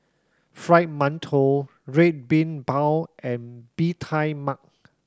Fried Mantou Red Bean Bao and Bee Tai Mak